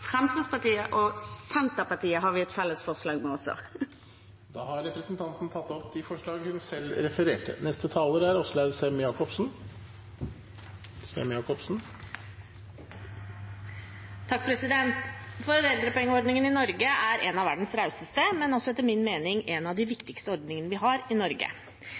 Fremskrittspartiet og de forslagene vi har felles med Senterpartiet. Da har representanten Silje Hjemdal tatt opp de forslagene hun refererte til. Foreldrepengeordningen i Norge er en av verdens rauseste, men også etter min mening en av de viktigste ordningene vi har i Norge.